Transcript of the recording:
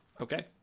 Okay